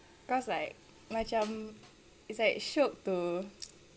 cause like macam it's like shiok to